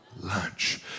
lunch